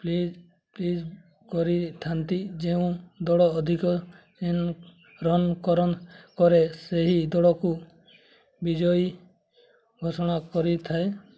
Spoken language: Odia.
ପ୍ଳିଜ୍ ପ୍ଲିଜ୍ କରିଥାନ୍ତି ଯେଉଁ ଦଳ ଅଧିକ ରନ୍ କରେ ସେହି ଦଳକୁ ବିଜୟୀ ଘୋଷଣା କରିଥାଏ